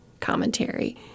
commentary